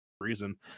reason